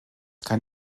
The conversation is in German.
kann